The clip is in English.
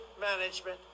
management